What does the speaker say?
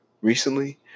recently